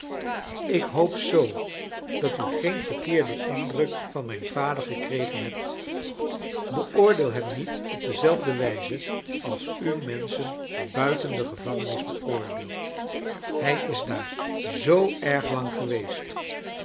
ik hoop zoo dat u geen verkeerden indruk van mijn vader gekregen hebt beoordeel hem niet op dezelfde wijze als u menschen buiteii de gevangenis beoordeelt hij is daar zoo erg lang geweest